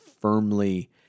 firmly